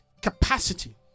capacity